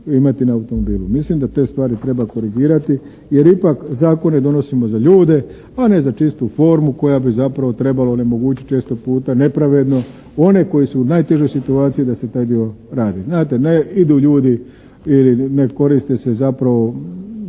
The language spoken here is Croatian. Mislim da te stvari treba korigirati jer ipak zakone donosimo za ljude, a ne za čistu formu koja bi zapravo trebala onemogućiti često puta nepravedno one koji su u najtežoj situaciji da se taj dio radi. Znate, idu ljudi ili ne koriste se zapravo